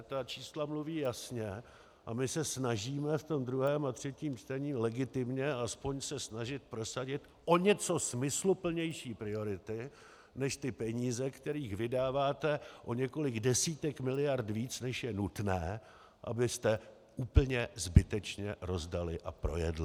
Ta čísla mluví jasně a my se snažíme v tom druhém a třetím čtení legitimně alespoň prosadit o něco smysluplnější priority než ty peníze, kterých vydáváte o několik desítek miliard víc, než je nutné, abyste úplně zbytečně rozdali a projedli.